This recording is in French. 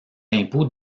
impôt